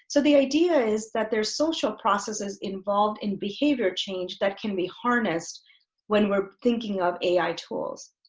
so the idea is that there's social processes involved in behavior change that can be harnessed when we're thinking of ai tools.